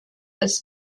als